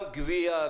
גם של גבייה,